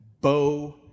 Bo